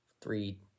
three